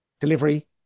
delivery